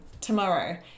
tomorrow